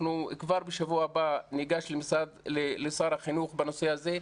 אנחנו כבר בשבוע הבא ניגש לשר החינוך בנושא הזה.